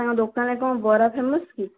ତାଙ୍କ ଦୋକାନରେ କ'ଣ ବରା ଫେମସ୍ କି